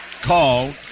call